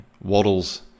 waddles